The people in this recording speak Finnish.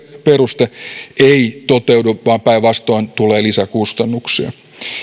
peruste ei toteudu vaan päinvastoin tulee lisäkustannuksia